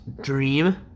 Dream